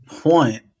point